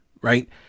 right